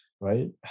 right